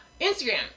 Instagram